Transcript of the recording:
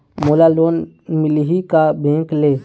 मोला लोन मिलही का बैंक ले?